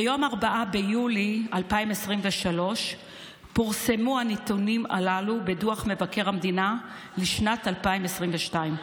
ביום 4 ביולי 2023 פורסמו הנתונים הללו בדוח מבקר המדינה לשנת 2022: